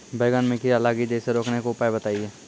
बैंगन मे कीड़ा लागि जैसे रोकने के उपाय बताइए?